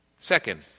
Second